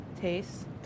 Taste